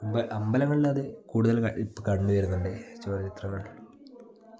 അമ്പലങ്ങളിൽ അത് കൂടുതൽ ഇപ്പം കണ്ടുവരുന്നുണ്ട് ചുമർച്ചിത്രങ്ങൾ